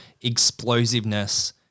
explosiveness